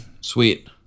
Sweet